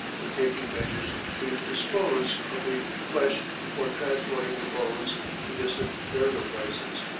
in taking measures to dispose of the flesh before transporting the bones to distant burial-places.